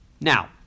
Now